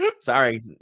sorry